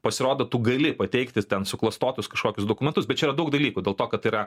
pasirodo tu gali pateikti ten suklastotus kažkokius dokumentus bet čia yra daug dalykų dėl to kad yra